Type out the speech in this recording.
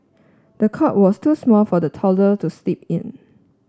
the cot was too small for the toddler to sleep in